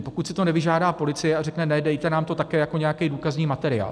Pokud si to nevyžádá policie a řekne ne, dejte nám to také jako nějaký důkazní materiál.